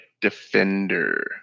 defender